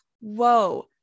whoa